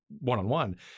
one-on-one